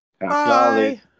Bye